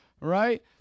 right